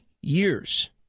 years